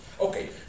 Okay